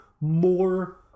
more